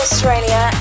Australia